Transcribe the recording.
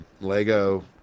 Lego